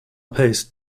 paste